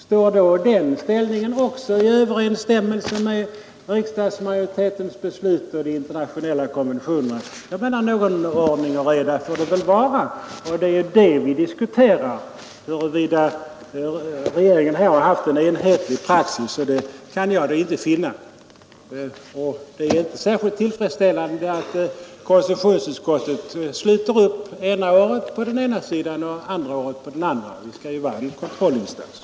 Står då den ställningen också i överensstämmelse med utskottsmajoritetens beslut och de internationella konventionerna? Jag menar att någon ordning och reda får det väl vara. Vi diskuterar huruvida regeringen här har haft en enhetlig praxis, och det kan jag då inte finna. Det är inte särskilt tillfredsställande att konstitutionsutskottet sluter upp ena året på den ena sidan och andra året på den andra; utskottet skall ju vara en kontrollinstans.